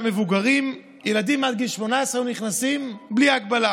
מבוגרים וילדים עד גיל 18 נכנסים בלי הגבלה,